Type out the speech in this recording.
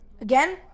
again